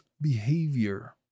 behavior